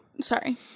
Sorry